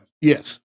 Yes